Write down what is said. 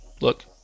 look